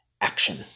action